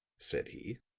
said he.